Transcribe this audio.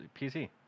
PC